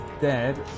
dead